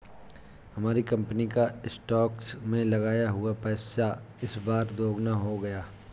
हमारी कंपनी का स्टॉक्स में लगाया हुआ पैसा इस बार दोगुना हो गया